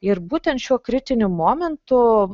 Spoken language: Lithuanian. ir būtent šiuo kritiniu momentu